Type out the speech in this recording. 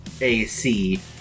AC